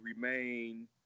remain